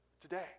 today